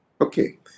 Okay